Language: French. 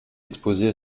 exposées